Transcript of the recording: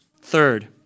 Third